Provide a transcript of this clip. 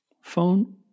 Phone